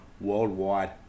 Worldwide